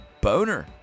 Boner